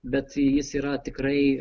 bet jis yra tikrai